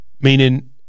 Meaning